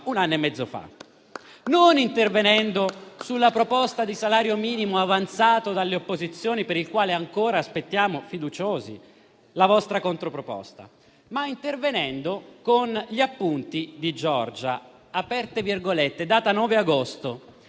Lo avete fatto non intervenendo sulla proposta di salario minimo avanzata dalle opposizioni, per il quale ancora aspettiamo fiduciosi la vostra controproposta, ma intervenendo con gli appunti di Giorgia con data 9 agosto: